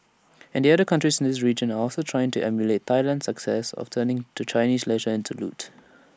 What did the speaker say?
and other countries in the region are also trying to emulate Thailand's success of turning to Chinese leisure into loot